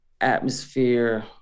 atmosphere